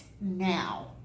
now